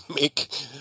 make